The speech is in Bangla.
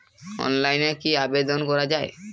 অনলাইনে কি আবেদন করা য়ায়?